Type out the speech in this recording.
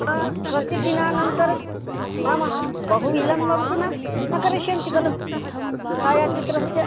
आम् कतिदिनानन्तरं नाम बहु विलम्बं तु न करिष्यन्ति खलु छायाचित्रस्य